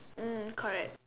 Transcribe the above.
mm correct